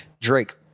Drake